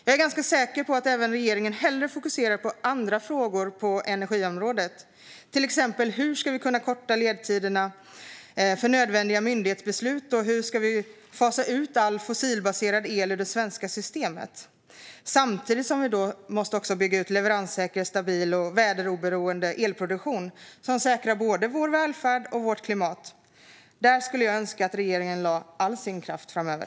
Jag är ganska säker på att även regeringen hellre fokuserar på andra frågor på energiområdet, till exempel på hur vi ska korta ledtiderna för nödvändiga myndighetsbeslut och hur vi ska fasa ut all fossilbaserad el ur det svenska systemet samtidigt som vi måste bygga ut en leveranssäker, stabil och väderoberoende elproduktion som säkrar både vår välfärd och vårt klimat. Där skulle jag önska att regeringen lade all sin kraft framöver.